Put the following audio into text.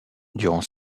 durant